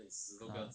ah